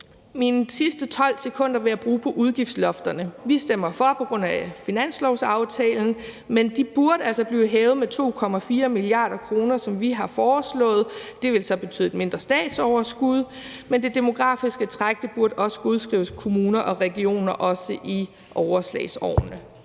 Mine sidste 12 sekunder vil jeg bruge på udgiftslofterne. Vi stemmer for finanslovsforslaget på grund af finanslovsaftalen, men de burde altså bliver hævet med 2,4 mia. kr., sådan som vi har foreslået. Det vil så betyde et mindre statsoverskud, men det demografiske træk burde også godskrives kommuner og regioner, også i overslagsårene.